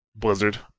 Blizzard